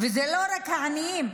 וזה לא רק העניים.